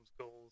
goals